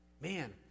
man